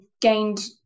gained